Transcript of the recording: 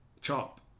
chop